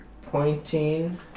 pointing